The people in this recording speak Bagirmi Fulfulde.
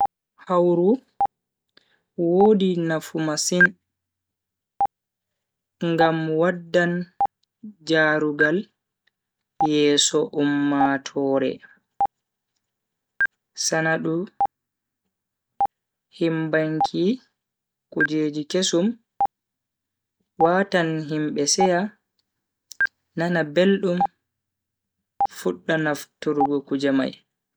Hawru wodi nafu masin ngam waddan jaruugal yewo ummatoore. sanadu himbanki kujeji kesum watan himbe seya nana beldum fudda nafturgo be kuje mai.